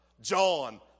John